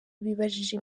bibajije